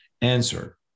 answer